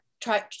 try